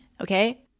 okay